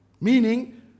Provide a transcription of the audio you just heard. Meaning